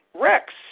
Rex